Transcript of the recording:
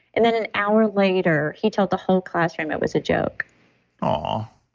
and then an hour later he told the whole classroom it was a joke aw,